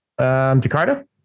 Jakarta